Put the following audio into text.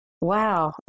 Wow